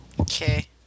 Okay